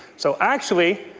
so, actually,